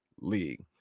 League